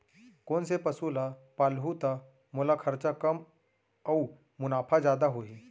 कोन से पसु ला पालहूँ त मोला खरचा कम अऊ मुनाफा जादा होही?